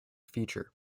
feature